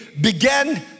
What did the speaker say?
began